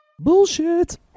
bullshit